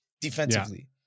defensively